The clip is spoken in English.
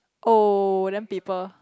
oh then people